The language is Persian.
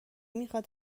میخاد